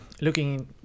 looking